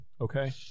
okay